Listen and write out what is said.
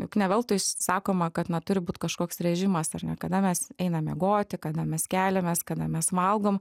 juk ne veltui sakoma kad na turi būt kažkoks režimas ar ne kada mes einam miegoti kada mes keliamės kada mes valgom